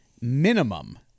minimum